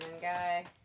guy